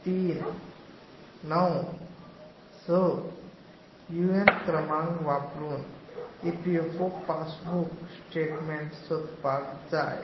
तीन णव स यु ए एन क्रमांक वापरून E P F O passbook statement सोदपाक जाय